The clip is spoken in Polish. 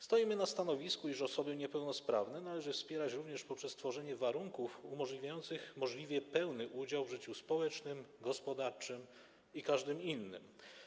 Stoimy na stanowisku, iż osoby niepełnosprawne należy wspierać również poprzez stworzenie warunków zapewniających możliwie pełny udział w życiu społecznym, gospodarczym i każdym innym.